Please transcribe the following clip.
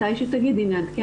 מתי שתגידי נעדכן.